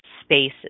spaces